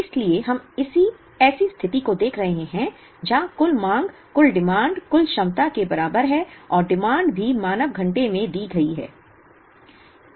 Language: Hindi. इसलिए हम ऐसी स्थिति को देख रहे हैं जहां कुल मांग कुल क्षमता के बराबर है और मांग भी मानव घंटे में दी गई है